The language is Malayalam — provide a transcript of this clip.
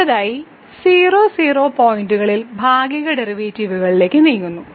അടുത്തതായി 00 പോയിന്റുകളിൽ ഭാഗിക ഡെറിവേറ്റീവുകളിലേക്ക് നീങ്ങുന്നു